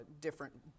different